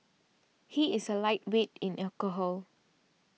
he is a lightweight in alcohol